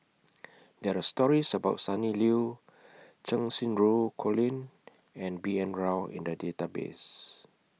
There Are stories about Sonny Liew Cheng Xinru Colin and B N Rao in The Database